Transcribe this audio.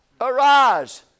arise